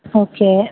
okay